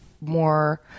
more